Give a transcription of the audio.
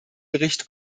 bericht